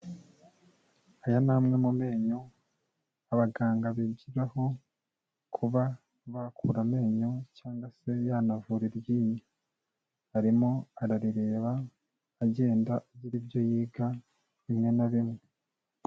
Aya ni amwe mu menyo, abaganga bigiraho, kuba bakura amenyo cyangwa se yanavura iryinyo. Arimo ararireba, agenda agira ibyo yiga, bimwe na bimwe.